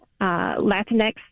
latinx